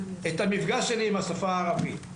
את המפגש שלי עם השפה הערבית.